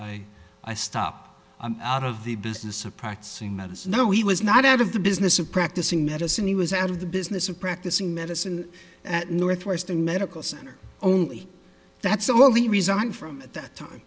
i i stopped out of the business of practicing medicine no he was not out of the business of practicing medicine he was out of the business of practicing medicine at northwestern medical center only that's only resign from that time